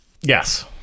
Yes